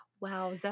Wow